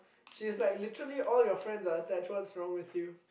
she's like literally all your friends are attached what's wrong with you